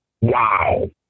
Wow